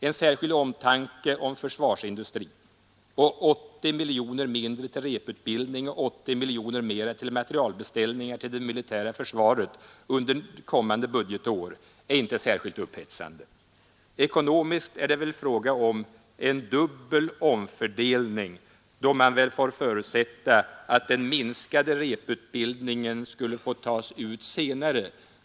En särskild omtanke om försvarsindustrin, 80 miljoner mindre till reputbildning och 80 miljoner mer till materielbeställningar till det militära försvaret under kommande budgetår är inte särskilt upphetsande. Ekonomiskt är det väl fråga om en dubbel omfördelning, då man får förutsätta att den minskade reputbildningen skulle få tas igen senare.